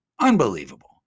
Unbelievable